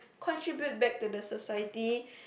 contribute back to the society